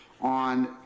on